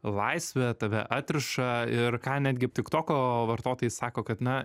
laisvę tave atriša ir ką netgi tiktoko vartotojai sako kad na